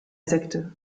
sekte